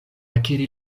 akiri